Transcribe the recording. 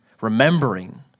Remembering